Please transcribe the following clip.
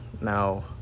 Now